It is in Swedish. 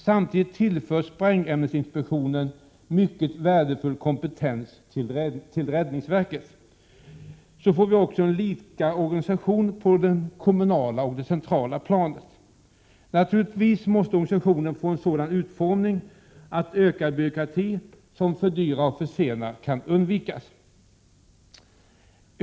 Samtidigt tillför sprängämnesinspektionen mycket värdefull kompetens till räddningsverket. Dessutom får vi samma organisation både på det kommunala och på det centrala planet. Naturligtvis måste organisationen få en sådan utformning att ökad byråkrati, som fördyrar och försenar, kan undvikas.